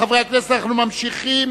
חברי הכנסת, אנחנו ממשיכים.